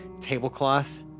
tablecloth